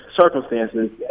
circumstances